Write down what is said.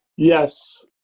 yes